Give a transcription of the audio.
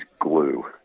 glue